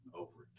over